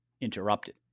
interrupted